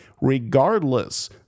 regardless